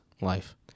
life